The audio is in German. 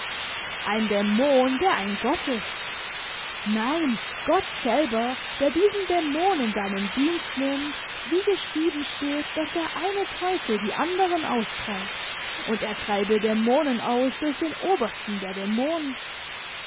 ein dämon der ein gott ist nein gott selber der diesen dämon in seinen dienst nimmt wie geschrieben steht daß der eine teufel die anderen austreibt und er treibe dämonen aus durch den obersten der dämonen